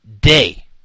day